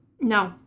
No